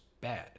bad